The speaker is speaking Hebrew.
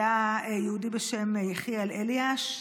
יהודי בשם יחיאל אליאש,